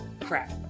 Crap